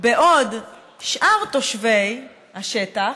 בעוד שאר תושבי השטח,